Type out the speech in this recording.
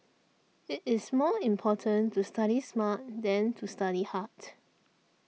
it is more important to study smart than to study hard